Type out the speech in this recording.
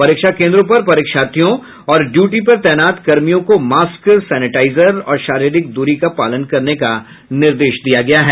परीक्षा केंद्रों पर परीक्षार्थियों और ड्यूटी पर तैनात कर्मियों को मास्क सैनिटाइजर और शारीरिक दूरी का पालन करने का निर्देश दिया गया है